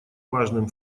важным